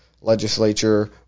legislature